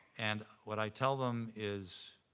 and what i tell them is,